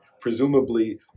presumably